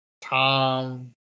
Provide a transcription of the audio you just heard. Tom